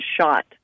shot